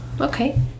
Okay